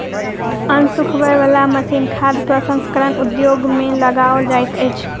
अन्न सुखबय बला मशीन खाद्य प्रसंस्करण उद्योग मे लगाओल जाइत छै